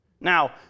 Now